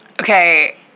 okay